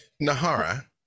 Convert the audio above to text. Nahara